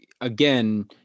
again